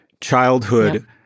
childhood